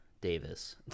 Davis